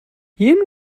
jin